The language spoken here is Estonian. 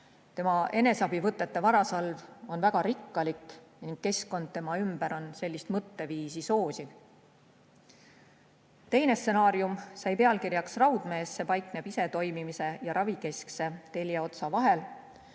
Tema eneseabivõtete varasalv on väga rikkalik ning keskkond tema ümber on sellist mõtteviisi soosiv. Teine stsenaarium sai pealkirjaks "Raudmees". See paikneb isetoimimise ja ravikeskse telje otste vahel.